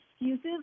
excuses